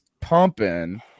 pumping